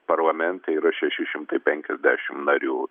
parlamente yra šeši šimtai penkiasdešim narių